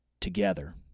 together